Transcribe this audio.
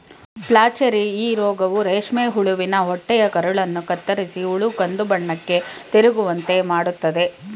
flacherie ಈ ರೋಗವು ರೇಷ್ಮೆ ಹುಳುವಿನ ಹೊಟ್ಟೆಯ ಕರುಳನ್ನು ಕತ್ತರಿಸಿ ಹುಳು ಕಂದುಬಣ್ಣಕ್ಕೆ ತಿರುಗುವಂತೆ ಮಾಡತ್ತದೆ